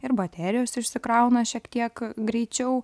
ir baterijos išsikrauna šiek tiek greičiau